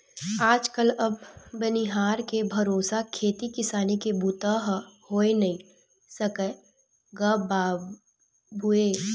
आज कल अब बनिहार के भरोसा खेती किसानी के बूता ह होय नइ सकय गा बाबूय